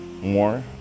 more